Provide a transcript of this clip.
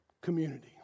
community